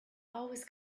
always